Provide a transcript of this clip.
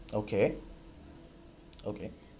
okay okay